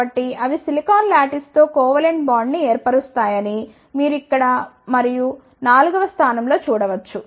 కాబట్టి అవి సిలికాన్ లాటిస్తో కొవెలెంట్ బాండ్ ని ఏర్పరుస్తాయని మీరు ఇక్కడ మరియు నాల్గవ స్థానం లో చూడ వచ్చు